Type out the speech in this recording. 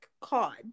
card